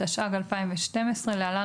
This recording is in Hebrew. התשע"ג 2012 (להלן,